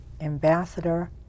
Ambassador